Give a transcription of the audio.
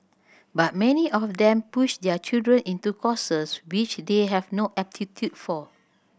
but many of them push their children into courses which they have no aptitude for